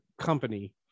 company